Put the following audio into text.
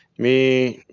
me,